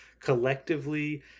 collectively